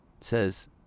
says